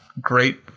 great